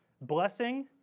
Blessing